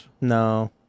No